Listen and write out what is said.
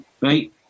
right